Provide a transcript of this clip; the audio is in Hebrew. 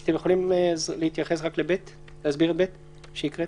אתם יכולים להתייחס ולהסביר את סעיף 2(ב) שקראתי?